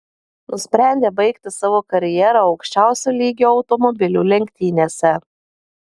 nusprendė baigti savo karjerą aukščiausio lygio automobilių lenktynėse